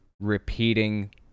repeating